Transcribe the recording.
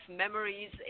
Memories